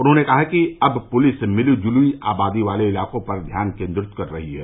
उन्होंने कहा कि अब पुलिस मिली जुली आबादी वाले इलाकों पर ध्यान केन्द्रित कर रही है